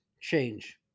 change